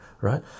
right